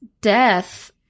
death